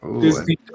Disney